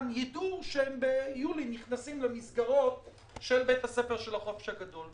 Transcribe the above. ידעו שביולי נכנסים למסגרות של בית הספר של החופש הגדול.